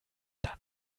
dann